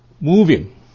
moving